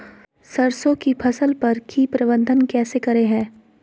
सरसों की फसल पर की प्रबंधन कैसे करें हैय?